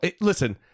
listen